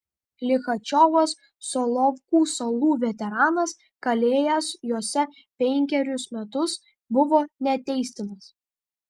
lichačiovas solovkų salų veteranas kalėjęs jose penkerius metus buvo neteistinas